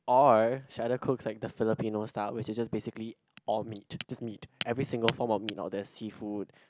or she either cooks like that Filipino style which is just basically all meat just meat every single form of meat or the seafood